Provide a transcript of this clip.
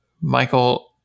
michael